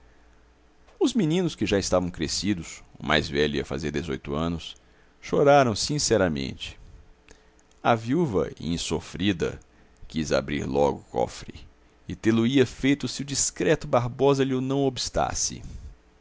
os meninos que já estavam crescidos o mais velho ia fazer dezoito anos choraram sinceramente a viúva insofrida quis abrir logo o cofre e tê-lo-ia feito se o discreto barbosa lho não obstasse